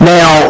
Now